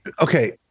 Okay